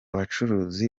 bacuruzi